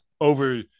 over